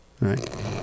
right